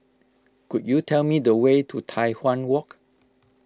could you tell me the way to Tai Hwan Walk